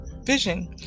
vision